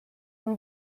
une